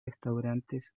restaurantes